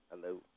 Hello